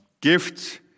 gifts